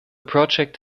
project